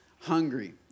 hungry